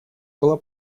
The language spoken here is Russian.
была